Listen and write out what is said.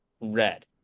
red